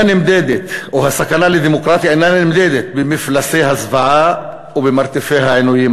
הסכנה לדמוקרטיה אינה נמדדת רק במפלסי הזוועה ובמרתפי העינויים,